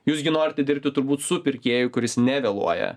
jūs gi norite dirbti turbūt su pirkėju kuris nevėluoja